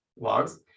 logs